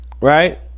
Right